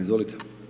Izvolite.